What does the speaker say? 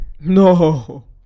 no